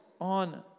on